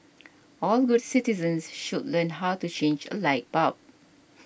all good citizens should learn how to change a light bulb